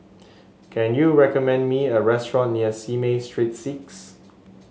can you recommend me a restaurant near Simei Street Six